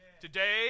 Today